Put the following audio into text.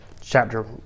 chapter